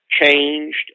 changed